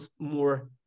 more